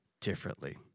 differently